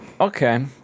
Okay